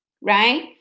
Right